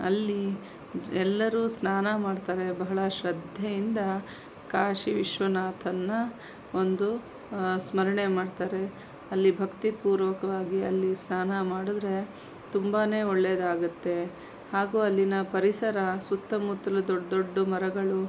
ಅಲ್ಲಿ ಎಲ್ಲರೂ ಸ್ನಾನ ಮಾಡ್ತಾರೆ ಬಹಳ ಶ್ರದ್ಧೆಯಿಂದ ಕಾಶಿ ವಿಶ್ವನಾಥನ ಒಂದು ಸ್ಮರಣೆ ಮಾಡ್ತಾರೆ ಅಲ್ಲಿ ಭಕ್ತಿ ಪೂರ್ವಕವಾಗಿ ಅಲ್ಲಿ ಸ್ನಾನ ಮಾಡಿದರೆ ತುಂಬನೇ ಒಳ್ಳೆದಾಗತ್ತೆ ಹಾಗೂ ಅಲ್ಲಿನ ಪರಿಸರ ಸುತ್ತಮುತ್ತಲೂ ದೊಡ್ಡ ದೊಡ್ಡ ಮರಗಳು